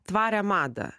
tvarią madą